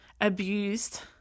abused